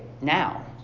now